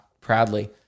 Proudly